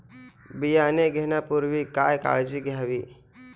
बियाणे घेण्यापूर्वी काय काळजी घ्यावी?